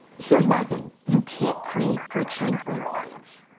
here's my thing. you can't create friction for your audience.